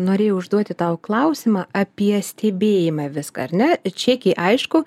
norėjau užduoti tau klausimą apie stebėjimą vis ar ne čekiai aišku